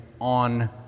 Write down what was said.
on